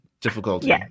difficulty